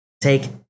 Take